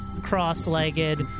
cross-legged